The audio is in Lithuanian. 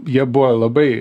jie buvo labai